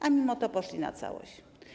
A mimo to poszliście na całość.